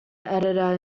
editor